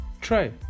try